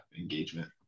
engagement